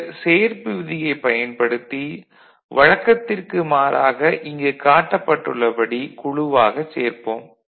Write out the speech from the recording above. பின்னர் சேர்ப்பு விதியைப் பயன்படுத்தி வழக்கத்திற்கு மாறாக இங்கு காட்டப்பட்டுள்ளபடி குழுவாகச் சேர்ப்போம்